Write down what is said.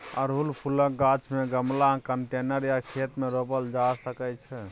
अड़हुल फुलक गाछ केँ गमला, कंटेनर या खेत मे रोपल जा सकै छै